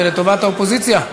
זה לטובת האופוזיציה.